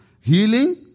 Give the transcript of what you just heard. healing